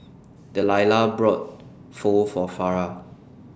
Dellia bought Pho For Farrah